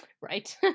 Right